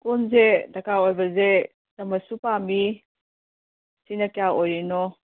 ꯀꯣꯟꯁꯦ ꯗꯔꯀꯥꯔ ꯑꯣꯏꯕꯁꯦ ꯆꯥꯃꯁꯁꯨ ꯄꯥꯝꯃꯤ ꯁꯤꯅ ꯀꯌꯥ ꯑꯣꯏꯔꯤꯅꯣ